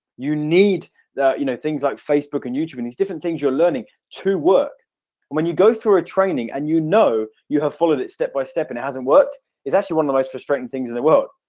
you need that you know things like facebook and youtube in these different things you're learning to work when you go through a training, and you know you have followed it step by step and hasn't worked it's actually one of those frustrating things in the world.